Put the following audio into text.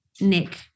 Nick